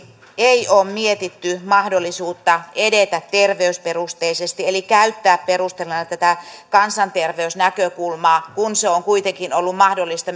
ei ole mietitty mahdollisuutta edetä terveysperusteisesti eli käyttää perusteluna tätä kansanterveysnäkökulmaa kun se on kuitenkin ollut mahdollista